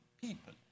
people